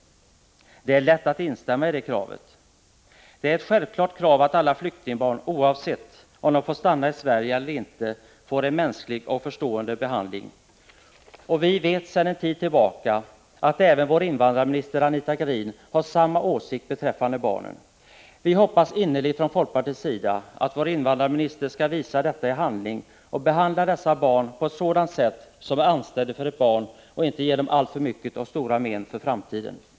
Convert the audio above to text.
Det är lätt att instämma i det kravet. Det är ett självklart krav att alla flyktingbarn — oavsett om de får stanna i Sverige eller inte — får en mänsklig och förstående behandling. Och vi vet sedan en tid tillbaka att även vår invandrarminister Anita Gradin har samma åsikt beträffande barnen. Vi hoppas innerligt från folkpartiets sida att vår invandrarminister skall visa detta i handling och behandla dessa barn på ett sätt som är anständigt för ett barn och inte ge dem alltför stora men för framtiden.